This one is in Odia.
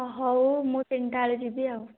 ହ ହଉ ମୁଁ ତିନିଟା ବେଳେ ଯିବି ଆଉ